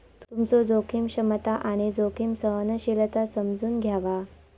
तुमचो जोखीम क्षमता आणि जोखीम सहनशीलता समजून घ्यावा